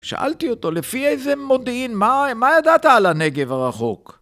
שאלתי אותו לפי איזה מודיעין, מה ידעת על הנגב הרחוק?